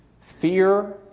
Fear